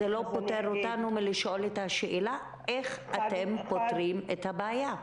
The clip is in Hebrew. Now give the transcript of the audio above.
זה לא פוטר אותנו מלשאול את השאלה איך אתם פותרים את הבעיה.